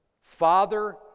father